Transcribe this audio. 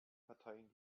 parteien